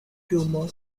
tumor